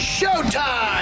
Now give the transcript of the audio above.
Showtime